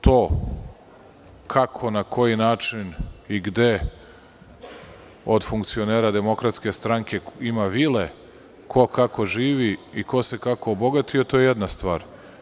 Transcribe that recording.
To, kako, na koji način i gde od funkcionera DS ima vile, ko, kako živi i ko se kako obogatio, je jedna stvar.